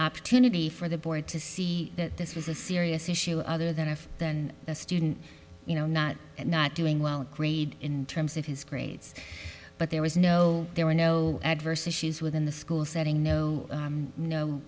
opportunity for the board to see that this was a serious issue other than a then a student you know not not doing well a grade in terms of his grades but there was no there were no adverse issues within the school setting no